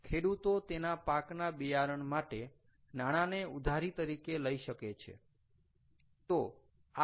ખેડૂતો તેના પાકના બિયારણ માટે નાણાંને ઉધારી તરીકે લઈ શકે છે